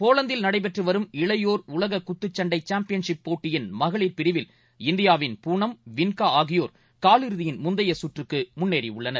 போலந்தில் நடைபெற்றுவரும் இளையோர் உலககுத்துச்சண்டைசாம்பியன்ஷிப் போட்டியின் மகளிர் பிரிவில் இந்தியாவின் வின்காஆகியோர் காலிறுதியின் பூனம் முந்தையசுற்றுக்குமுன்னேறியுள்ளனர்